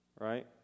right